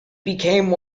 became